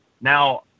Now